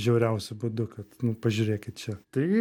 žiauriausiu būdu kad nu pažiūrėkit čia tai